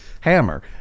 Hammer